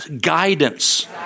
guidance